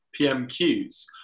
PMQs